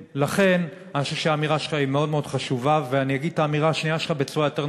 לכן, אני חושב שהאמירה שלך מאוד מאוד חשובה.